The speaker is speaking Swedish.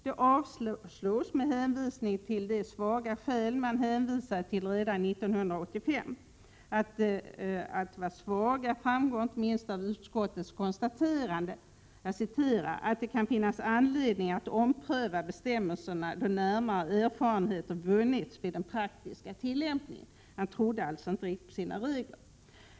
Kravet avstyrks med hänvisning till de svaga skäl man hänvisade till redan 1985. Att de var svaga framgår inte minst av utskottets konstaterande att det kan finnas anledning att ompröva bestämmelserna då närmare erfarenheter vunnits vid den praktiska tillämpningen. Man trodde alltså inte riktigt på sina regler.